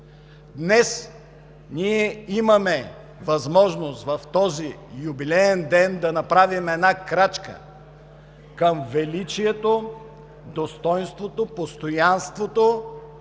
Днес ние имаме възможност в този юбилеен ден да направим една крачка към величието, достойнството, постоянството